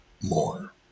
more